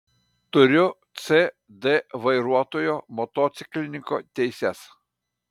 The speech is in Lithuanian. turiu c d vairuotojo motociklininko teises